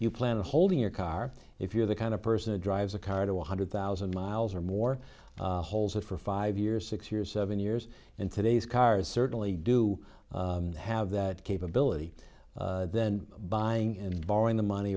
you plan to hold in your car if you're the kind of person who drives a car to one hundred thousand miles or more holes or for five years six years seven years and today's cars certainly do have that capability then buying and borrowing the money